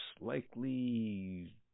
likely